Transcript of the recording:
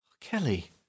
Kelly